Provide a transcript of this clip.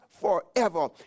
forever